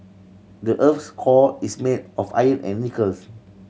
the earth's core is made of iron and nickels